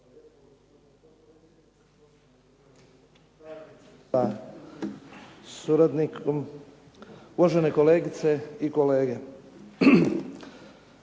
suradnicom, kolegice i kolege.